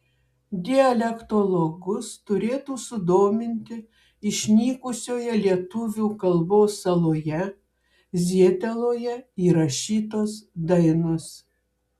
dialektologus turėtų sudominti išnykusioje lietuvių kalbos saloje zieteloje įrašytos dainos